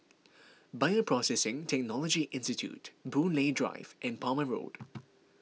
Bioprocessing Technology Institute Boon Lay Drive and Palmer Road